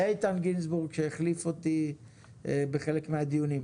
איתן גינזבורג שהחליף אותי בחלק מהדיונים.